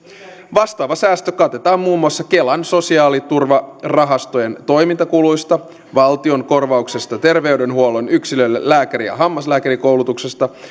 vastaava säästö katetaan muun muassa kelan sosiaaliturvarahastojen toimintakuluista valtion korvauksesta terveydenhuollon yksiköille lääkäri ja hammaslääkärikoulutuksesta